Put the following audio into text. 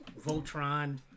Voltron